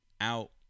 out